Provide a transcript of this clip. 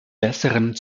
besseren